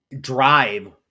drive